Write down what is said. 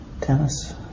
tennis